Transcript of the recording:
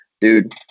dude